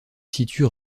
situe